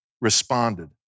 responded